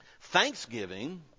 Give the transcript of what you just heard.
Thanksgiving